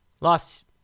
lost